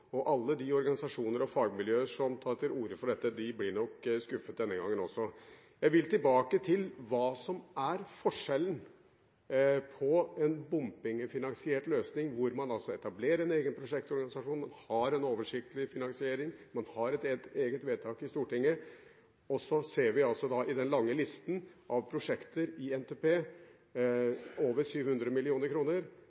og alle de organisasjoner og fagmiljøer som tar til orde for dette, blir nok skuffet denne gangen også. Jeg vil tilbake til hva som er forskjellen på en bompengefinansiert løsning – hvor man etablerer en egen prosjektorganisasjon, man har en oversiktlig finansiering, man har et eget vedtak i Stortinget – og andre løsninger. Vi ser at i den lange listen av prosjekter i NTP